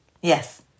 Yes